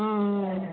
ம் ம் ம்